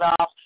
off